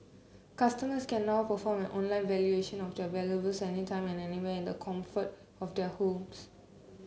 customers can now perform an online valuation of their valuables any time and anywhere in the comfort of their homes